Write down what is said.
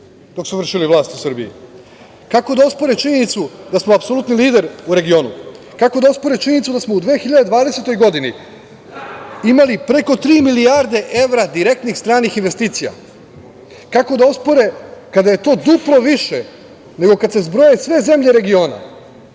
dok su vršili vlast u Srbiji? Kako da ospore činjenicu da smo apsolutni lider u regionu? Kako da ospore činjenicu da smo u 2020. godini imali preko tri milijarde evra direktnih stranih investicija? Kako da ospore kada je to duplo više nego kada se zbroje sve zemlje regiona,